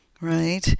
right